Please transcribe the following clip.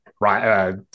Right